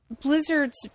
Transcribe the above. Blizzard's